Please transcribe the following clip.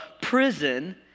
prison